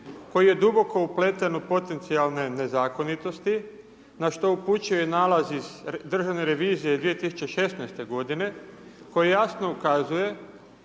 koji je duboko upleten u potencijalne nezakonitosti, na što upućuje nalaz iz Državne revizije 2016.-te godine koji jasno ukazuje